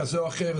כזה או אחר,